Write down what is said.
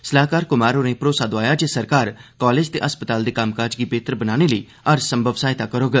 सलाहकार क्मार होरें भरोसा दोआया जे सरकार कालेज ते अस्पताल दे कम्मकाज गी बेहतर बनाने लेई हर संभव सहायता करौग